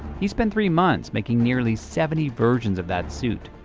he spent three months making nearly seventy versions of that suit,